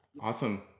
Awesome